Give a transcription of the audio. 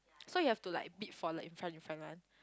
so you have to like bid for like in front in front one